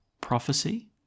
prophecy